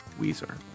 Weezer